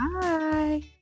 Bye